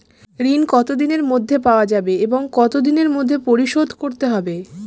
ঋণ কতদিনের মধ্যে পাওয়া যাবে এবং কত দিনের মধ্যে পরিশোধ করতে হবে?